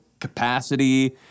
capacity